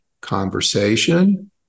conversation